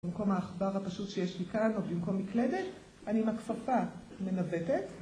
במקום העכבר הפשוט שיש לי כאן, או במקום מקלדת, אני עם הכפפה מנווטת